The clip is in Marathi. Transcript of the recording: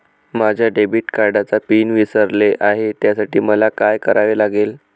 माझ्या डेबिट कार्डचा पिन विसरले आहे त्यासाठी मला काय करावे लागेल?